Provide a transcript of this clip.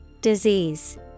Disease